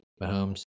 Mahomes